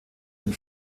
dem